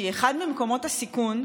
שהיא אחד ממקומות הסיכון,